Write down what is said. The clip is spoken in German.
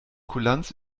kulanz